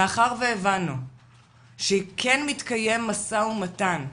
מאחר והבנו שכן מתקיים משא ומתן,